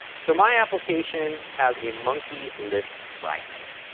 so, my application has a monkey list fragment.